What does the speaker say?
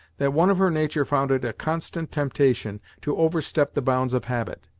that one of her nature found it a constant temptation to overstep the bounds of habit.